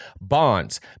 bonds